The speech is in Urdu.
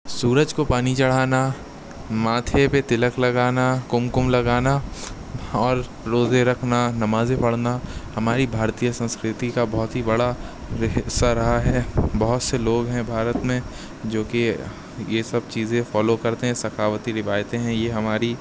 سورج کو پانی چڑھانا ماتھے پہ تلک لگانا کمکم لگانا اور روزے رکھنا نمازیں پڑھنا ہماری بھارتیہ سنسکرتی کا بہت ہی بڑا حصہ رہا ہے بہت سے لوگ ہیں بھارت میں جو کہ یہ سب چیزیں فالو کرتے ہیں ثقافتی روایتیں ہیں یہ ہماری